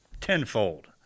tenfold